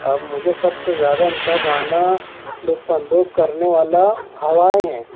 اب مجھے سب سے زیادہ ان کا گانا لطف اندوز کرنے والا ہوائیں ہیں